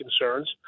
concerns